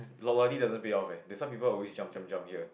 loyalty doesn't pay off eh there's some people always jump jump jump here